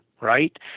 Right